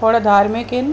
खोड़ धार्मिक आहिनि